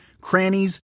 crannies